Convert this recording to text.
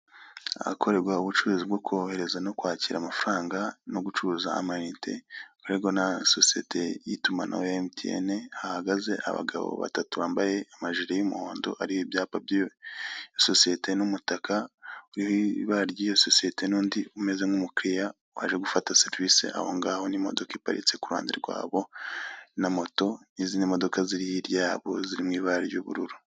Aha hakorerwa ubucuruzi bwo kohorereza no kwakira amafaranga no gucuruza amayinite, bukorerwa na sosiyete y'itumanaho ya emutiyeni. Aha hahagaze abagabo batatu bambaye amajiri y'umuhondo ariho ibyapa byiy'iyo sosiyete n'umtaka mu ibara ry'iyo sosiyete n'undi umeze nk'umukiriya waje gufata serivise ahongaho n'imodoka iparitse ku ruhande rwabo, na moto, n'izindi modoka ziri hirya yabo ziri mu ibara ry'ubururu.